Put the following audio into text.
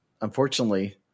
unfortunately